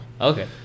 Okay